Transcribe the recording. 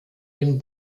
den